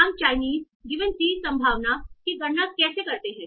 हम Chinese given c संभावना की गणना कैसे करते हैं